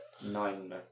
Nine